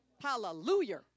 hallelujah